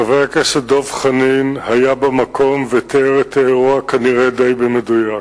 חבר הכנסת דב חנין היה במקום ותיאר את האירוע כנראה די במדויק.